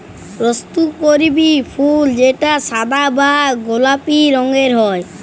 রক্তকরবী ফুল যেটা সাদা বা গোলাপি রঙের হ্যয়